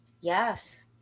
Yes